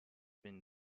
been